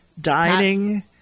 dining